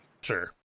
Sure